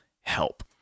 help